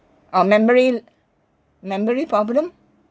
or memory memory problem mm